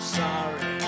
sorry